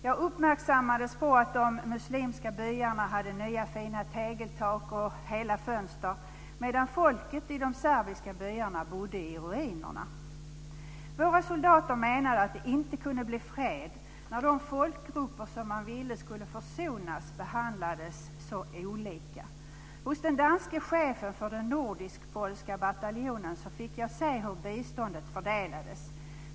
Jag uppmärksammades på att de muslimska byarna hade nya fina tegeltak och hela fönster, medan folket i de serbiska byarna bodde i ruiner. Våra soldater menade att det inte kunde bli fred när de folkgrupper som man ville skulle försonas behandlades så olika. Hos den danske chefen för den nordiskpolska bataljonen fick jag se hur biståndet fördelades.